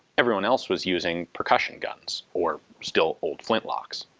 everyone else was using percussion guns, or still old flintlocks.